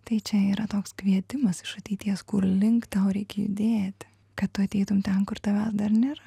tai čia yra toks kvietimas iš ateities kur link tau reikia judėti kad ateitum ten kur tavęs dar nėra